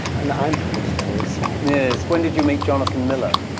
and i'm full of stories. yes. when did you meet jonathan miller?